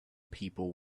people